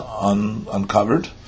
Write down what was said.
uncovered